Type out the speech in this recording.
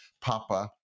Papa